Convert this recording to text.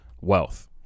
wealth